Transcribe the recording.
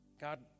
God